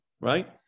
Right